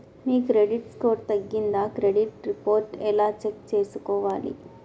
మీ credit score తగ్గిందా credit report ఎలా check చేసుకోవాలి?